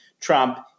Trump